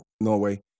Norway